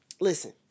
Listen